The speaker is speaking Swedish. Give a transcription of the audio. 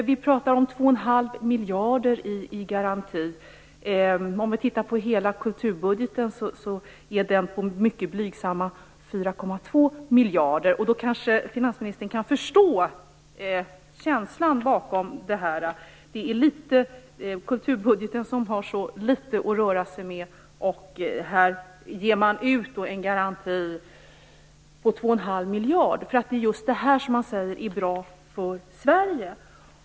Vi talar om 2,5 miljarder i garanti. Om vi ser till hela kulturbudgeten är den på mycket blygsamma 4,2 miljarder. Då kanske finansminstern kan förstå känslan bakom detta. Man har så litet att röra sig med på kulturbudgeten, och här ger man ut en garanti på 2,5 miljarder, eftersom man säger att är bra för Sverige.